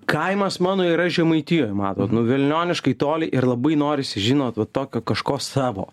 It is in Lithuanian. kaimas mano yra žemaitijoj matot nu velnioniškai toli ir labai norisi žinot va tokio kažko savo